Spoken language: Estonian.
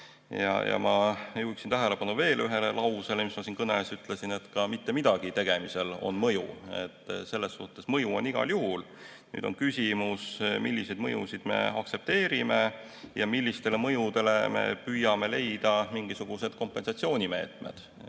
Ma juhiksin tähelepanu veel ühele lausele, mis ma siin kõnes ütlesin, et ka mittemidagitegemisel on mõju. Selles suhtes on mõju igal juhul. Nüüd on küsimus, milliseid mõjusid me aktsepteerime ja millistele mõjudele me püüame leida mingisuguseid kompensatsioonimeetmeid.